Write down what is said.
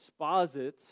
exposits